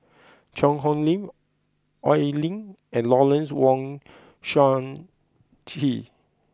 Cheang Hong Lim Oi Lin and Lawrence Wong Shyun Tsai